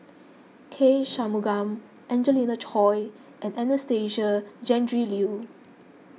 K Shanmugam Angelina Choy and Anastasia Tjendri Liew